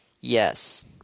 Yes